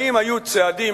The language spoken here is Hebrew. האם היו צעדים,